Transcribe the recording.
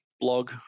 blog